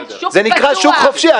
זה נקרא שוק חופשי.